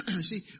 see